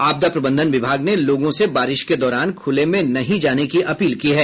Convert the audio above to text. आपदा प्रबंधन विभाग ने लोगों से बारिश के दौरान खुले में नहीं जाने की अपील की है